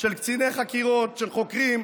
של קציני חקירות, של חוקרים,